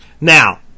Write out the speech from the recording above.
Now